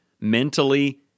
mentally